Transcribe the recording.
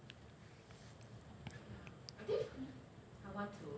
one